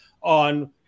on